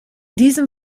diesem